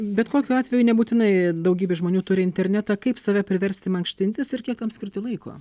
bet kokiu atveju nebūtinai daugybė žmonių turi internetą kaip save priversti mankštintis ir kiek tam skirti laiko